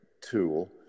tool